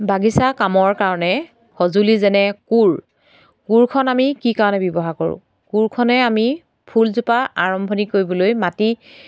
বাগিচা কামৰ কাৰণে সঁজুলি যেনে কোৰ কোৰখন আমি কি কাৰণে ব্যৱহাৰ কৰোঁ কোৰখনে আমি ফুলজোপা আৰম্ভণি কৰিবলৈ মাটি